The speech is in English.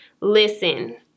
Listen